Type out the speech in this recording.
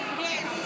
כן.